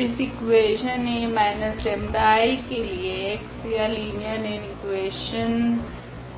इस इकुवेशन 𝐴−𝜆𝐼 के लिए x या लिनियर इकुवेशनस